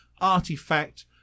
artifact